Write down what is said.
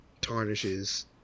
tarnishes